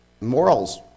morals